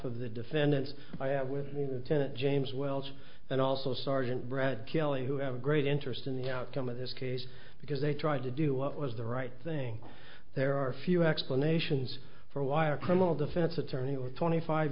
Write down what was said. of the defendants i have with tenet james welch and also sergeant brad kelly who have great interest in the outcome of this case because they tried to do what was the right thing there are few explanations for why a criminal defense attorney with twenty five